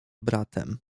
bratem